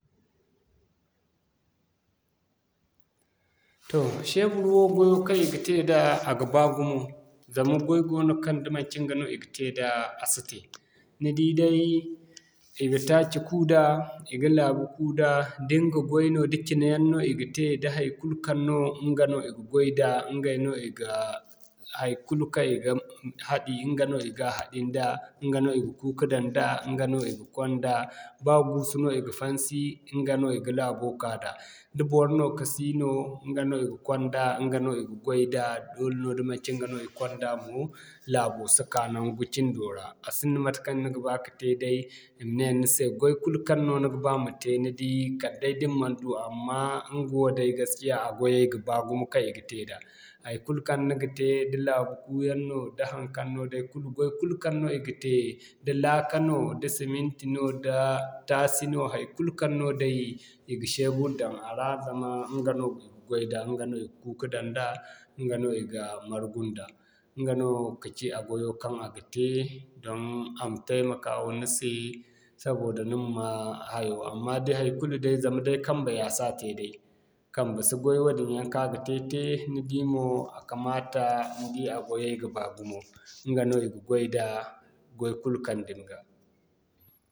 Toh sheful wo gwayo kaŋ i ga te da a ga baa gumo. Zama goy goono kaŋ da manci ɲga no i na te da a si te. Ni di day i ga taaci kuu da, i ga laabu kuu da, da ni ga goy no, da cina yaŋ no i ga te da haikulu kaŋ no ɲga no i ga goy da ɲgay no i ga haikulu kaŋ i ga hadi ɲga no i ga hadin da i ga kuu ka daŋ da, ɲga no i ga konda. Baa guusu no i ga fansi ɲga no i ga laabo ka da, da bor no ka siino ɲga no i ga konda ɲga no i ga goy da, doole no da manci ɲga no i konda mo laabo si ka naŋgu cindo ra a sinda matekaŋ ni ga ba ka te day i ma ne ni se goy kulu kaŋ no ni ga ba mate ni di kala day da ni man du wa. Amma ɲgawo day gaskiya a gwayay ga baa gumo kaŋ i ga te da haikulu kaŋ ni ga te da manci laabu kuu yaŋ no da haŋkaŋ no day kulu goy kulu kaŋ i ga te da laaka no da suminti no, da taasi no haikulu kaŋ no day i ga sheful daŋ a ra. Zama ɲga no i ga goy da ɲga no i ga kuu ka daŋ da ɲga no i ga margu nda ɲga no ka ci a gwayo kaŋ a ga te don a ma taimakawa ni se saboda ni ma'ma hayo. Amma day haikulu day zama day kambe ya si te day, kambe si goy wadin yaŋ kaŋ a ga te'tey ni di mo a kamata ni di a gwayay ga baa gumo ɲga no i ga goy da, gway kulu kaŋ dumi no.